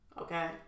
Okay